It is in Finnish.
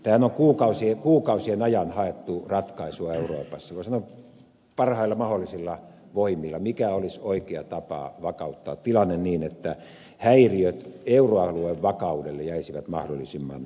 tähän on kuukausien ajan haettu ratkaisua euroopassa voi sanoa parhailla mahdollisilla voimilla mikä olisi oikea tapa vakauttaa tilanne niin että häiriöt euroalueen vakaudelle jäisivät mahdollisimman pieniksi